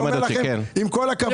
עם כל הכבוד.